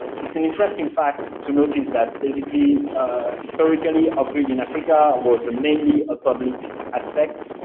it's an interesting fact to notice that basically historically upgrading africa was mainly a public aspect,